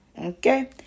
Okay